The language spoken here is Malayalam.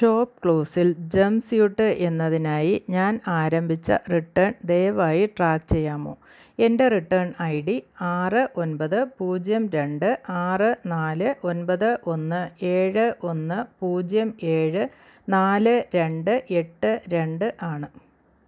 ഷോപ്പ് ക്ലൂസിൽ ജമ്പ് സ്യൂട്ട് എന്നതിനായി ഞാൻ ആരംഭിച്ച റിട്ടേൺ ദയവായി ട്രാക്ക് ചെയ്യാമോ എൻ്റെ റിട്ടേൺ ഐ ഡി ആറ് ഒൻപത് പൂജ്യം രണ്ട് ആറ് നാല് ഒൻപത് ഒന്ന് ഏഴ് ഒന്ന് പൂജ്യം ഏഴ് നാല് രണ്ട് എട്ട് രണ്ട് ആണ്